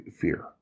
fear